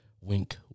wink